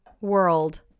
world